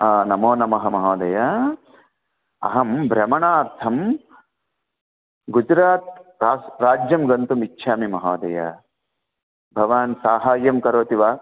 नमो नमः महोदय अहं भ्रमणार्थं गुजरात् रा राज्यं गन्तुम् इच्छामि महोदय भवान् साहाय्यं करोति वा